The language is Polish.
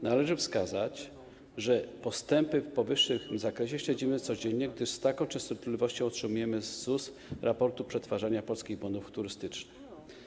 Należy wskazać, że postępy w powyższym zakresie śledzimy codziennie, gdyż z taką częstotliwością otrzymujemy z ZUS raporty z przetwarzania polskich bonów turystycznych.